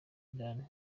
iran